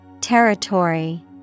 Territory